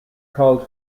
called